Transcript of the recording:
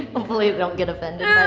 hopefully they don't get offended